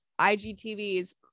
IGTVs